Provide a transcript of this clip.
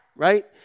right